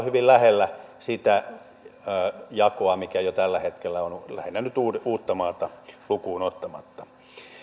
hyvin lähellä sitä jakoa mikä jo tällä hetkellä on lähinnä nyt uuttamaata lukuun ottamatta